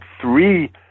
three